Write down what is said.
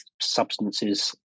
substances